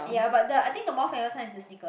ya but the I think the more famous one is the sneaker